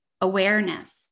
awareness